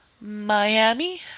Miami